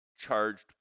charged